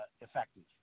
effective